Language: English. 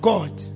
God